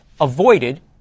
avoided